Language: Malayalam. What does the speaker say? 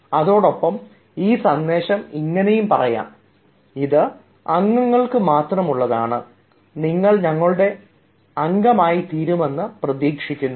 അതോടൊപ്പം ആ സന്ദേശം ഇങ്ങനെയും പറയാം ഇത് അംഗങ്ങൾക്ക് മാത്രമുള്ളതാണ് നിങ്ങൾ ഞങ്ങളുടെ അംഗങ്ങളായി ചേരുമെന്ന് പ്രതീക്ഷിക്കുന്നു